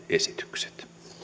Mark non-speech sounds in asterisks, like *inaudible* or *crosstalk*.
*unintelligible* esitykset